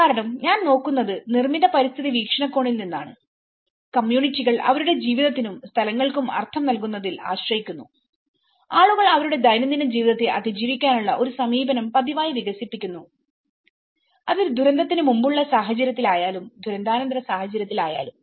കാരണംഞാൻ നോക്കുന്നത് നിർമ്മിത പരിസ്ഥിതി വീക്ഷണകോണിൽ നിന്നാണ്കമ്മ്യൂണിറ്റികൾ അവരുടെ ജീവിതത്തിനും സ്ഥലങ്ങൾക്കും അർത്ഥം നൽകുന്നതിൽ ആശ്രയിക്കുന്നുആളുകൾ അവരുടെ ദൈനംദിന ജീവിതത്തെ അതിജീവിക്കാനുള്ള ഒരു സമീപനം പതിവായി വികസിപ്പിക്കുന്നു അത് ദുരന്തത്തിന് മുമ്പുള്ള സാഹചര്യത്തിലായാലും ദുരന്താനന്തര സാഹചര്യത്തിലായാലും